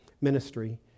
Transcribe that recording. Ministry